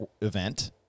event